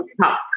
top